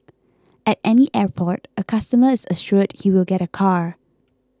at any airport a customer is assured he will get a car